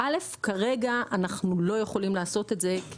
כרגע אנחנו לא יכולים לעשות את זה?